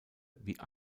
wie